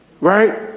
right